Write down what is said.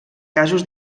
casos